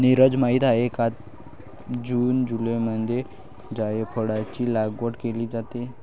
नीरज माहित आहे का जून जुलैमध्ये जायफळाची लागवड केली जाते